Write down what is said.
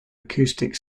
acoustic